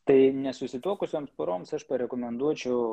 tai nesusituokusioms poroms aš parekomenduočiau